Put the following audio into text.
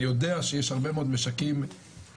אני יודע שיש הרבה מאוד משקים שעושים,